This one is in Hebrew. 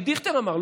אבי דיכטר אמר,